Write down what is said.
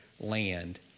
land